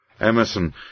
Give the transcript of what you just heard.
Emerson